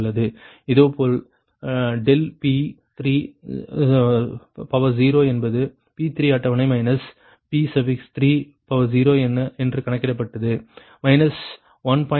இதேபோல் ∆P30 என்பது P3 அட்டவணை மைனஸ் P30 என்று கணக்கிடப்பட்டது 1